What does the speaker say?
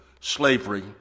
slavery